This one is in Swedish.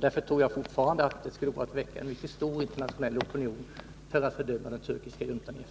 Därför tror jag fortfarande att det skulle gå att väcka en mycket stark internationell opinion i FN för att fördöma den turkiska juntan.